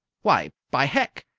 why, by hec,